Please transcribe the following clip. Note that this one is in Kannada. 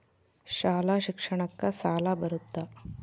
ಶಾಲಾ ಶಿಕ್ಷಣಕ್ಕ ಸಾಲ ಬರುತ್ತಾ?